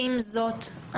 עם זאת,